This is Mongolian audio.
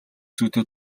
зүйтэй